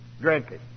drinking